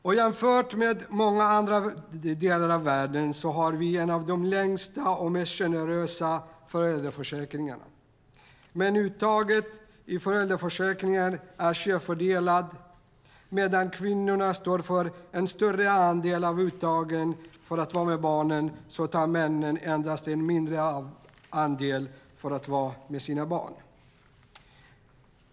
Och jämfört med många andra länder i världen har vi en av de längsta och mest generösa föräldraförsäkringarna. Men uttaget i föräldraförsäkringen är skevt fördelat. Medan kvinnorna står för en större andel av uttagen tar männen endast ut en mindre andel för att vara med sina barn.